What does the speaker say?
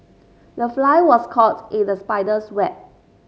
the fly was caught in the spider's web